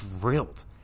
drilled